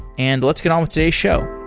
and let's get on with today's show.